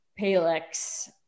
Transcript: Palex